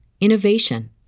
innovation